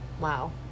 Wow